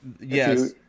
yes